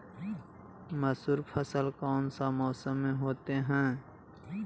मसूर फसल कौन सा मौसम में होते हैं?